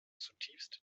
zutiefst